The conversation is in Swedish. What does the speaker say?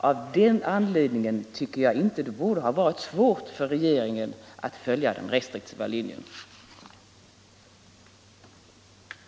Av den anledningen tycker jag inte att det borde ha varit svårt för regeringen att följa den restriktiva linjen. Herr talman! Med det anförda ber jag att få yrka bifall till reservationen 8.